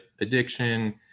addiction